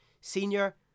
Senior